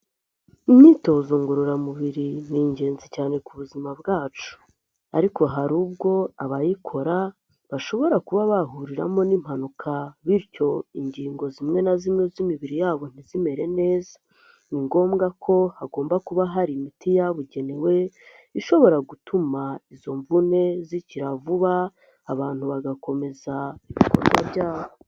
Imyitozo ngororamubiri ni ingenzi cyane ku buzima bwacu ariko hari ubwo abayikora bashobora kuba bashobora kuba bahuriramo n'impanuka, bityo ingingo zimwe na zimwe z'imibiri yabo ntizimere neza, ni ngombwa ko hagomba kuba hari imiti yababugenewe ishobora gutuma izo mvune zikira vuba, abantu bagakomeza ibikorwa byabo.